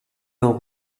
vins